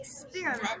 experiment